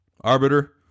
Arbiter